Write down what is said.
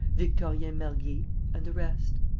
victorien mergy and the rest.